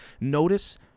notice